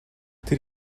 тэр